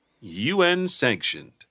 UN-sanctioned